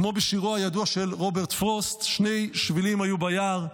כמו בשירו הידוע של רוברט פרוסט: שני שבילים היו ביער,